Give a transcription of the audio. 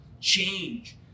change